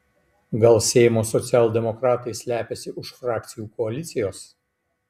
gal seimo socialdemokratai slepiasi už frakcijų koalicijos